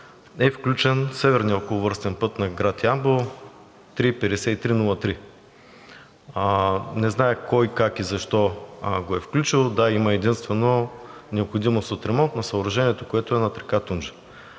е включен северният околовръстен път на град Ямбол, III-5303. Не зная кой, как и защо го е включил. Да, има единствено необходимост от ремонт на съоръжението над река Тунджа.